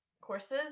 courses